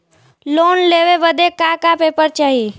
Loan लेवे बदे का का पेपर चाही?